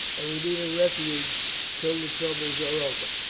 and we need a refuge till the troubles are over.